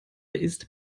ist